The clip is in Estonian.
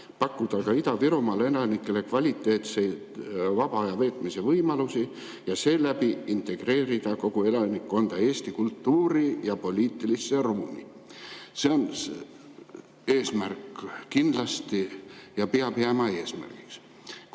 pakkuda ka Ida-Virumaal elanikele kvaliteetseid vaba aja veetmise võimalusi ja seeläbi integreerida sealset elanikkonda Eesti riigi kultuuri- ja poliitilisse ruumi. See on eesmärk kindlasti ja peab jääma eesmärgiks.